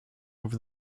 over